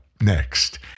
next